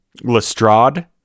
Lestrade